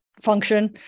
function